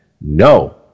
No